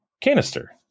canister